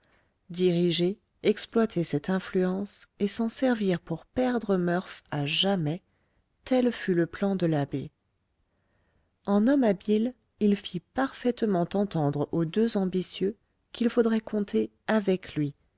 diriger exploiter cette influence et s'en servir pour perdre murph à jamais tel fut le plan de l'abbé en homme habile il fit parfaitement entendre aux deux ambitieux qu'il faudrait compter avec lui